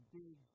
big